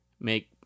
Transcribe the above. make